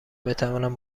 بتواند